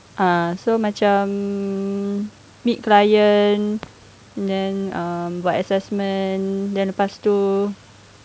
uh so macam meet client then um got assessment then lepas itu